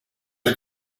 are